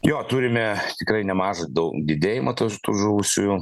jo turime tikrai nemažą dau didėjimą tų tų žuvusiųjų